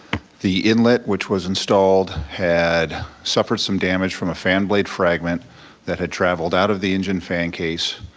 the inlet which was installed had suffered some damage from a fan blade fragment that had traveled out of the engine fan case,